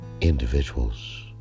individuals